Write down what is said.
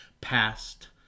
past